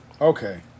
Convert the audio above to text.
Okay